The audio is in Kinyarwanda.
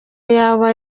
yaba